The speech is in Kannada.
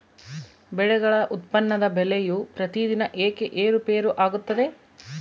ಬೆಳೆಗಳ ಉತ್ಪನ್ನದ ಬೆಲೆಯು ಪ್ರತಿದಿನ ಏಕೆ ಏರುಪೇರು ಆಗುತ್ತದೆ?